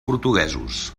portuguesos